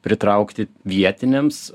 pritraukti vietiniams